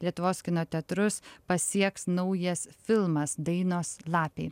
lietuvos kino teatrus pasieks naujas filmas dainos lapei